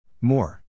More